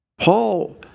paul